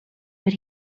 but